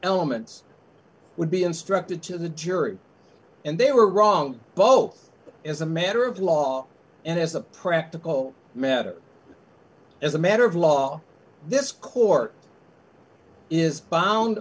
elements would be instructed to the jury and they were wrong both as a matter of law and as a practical matter as a matter of law this court is bound